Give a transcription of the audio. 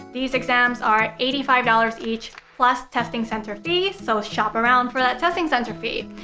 these exams are eighty five dollars each, plus testing center fee. so, shop around for that testing center fee.